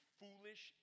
foolish